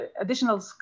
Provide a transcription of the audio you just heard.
additional